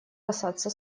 казаться